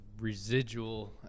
residual